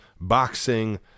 boxing